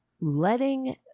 letting